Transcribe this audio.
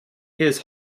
his